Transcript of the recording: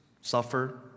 suffer